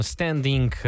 Standing